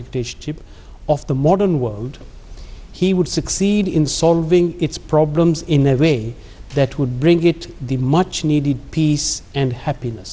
dictatorship of the modern world he would succeed in solving its problems in a way that would bring it the much needed peace and happiness